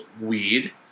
weed